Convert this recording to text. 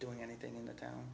doing anything in the town